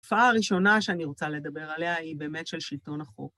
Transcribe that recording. התופעה הראשונה שאני רוצה לדבר עליה היא באמת של שלטון החוק.